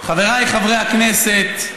חבריי חברי הכנסת,